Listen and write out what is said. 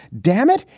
damn it,